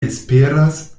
esperas